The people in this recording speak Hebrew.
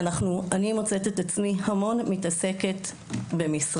אני מוצאת את עצמי מתעסקת המון במשרד.